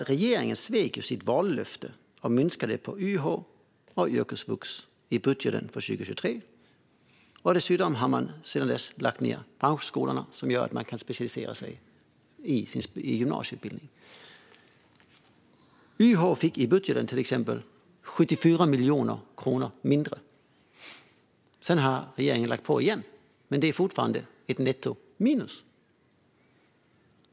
Regeringen svek sitt vallöfte och minskade på YH och yrkesvux i budgeten för 2023. Dessutom har man sedan dess lagt ned branschskolorna, som gör att man kan specialisera sig under gymnasieutbildningen. YH fick i budgeten 74 miljoner kronor mindre. Sedan har regeringen lagt på igen, men det är fortfarande ett nettominus.